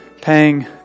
paying